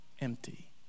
empty